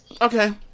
okay